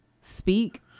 speak